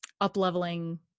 up-leveling